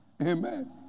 Amen